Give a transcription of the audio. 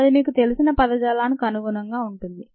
అది మీకు తెలిసిన పదజాలానికి అనుగుణంగా ఉంటుంది